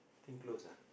think close ah